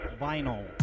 vinyl